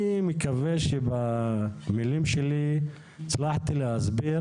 אני מקווה שבמילים שלי הצלחתי להסביר